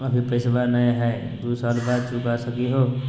अभि पैसबा नय हय, दू साल बाद चुका सकी हय?